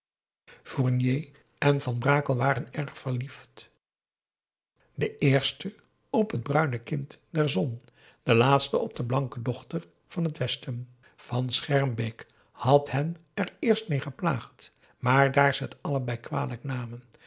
fournier en van brakel waren erg verliefd de eerste op het bruine kind der zon de laatste op de blanke dochter van t westen van schermbeek had hen er eerst mee geplaagd maar daar ze het allebei kwalijk namen